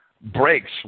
breaks